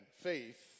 Faith